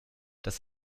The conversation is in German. das